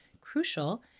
crucial